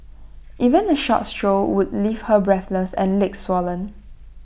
even A short stroll would leave her breathless and legs swollen